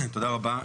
תודה רבה.